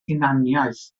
hunaniaeth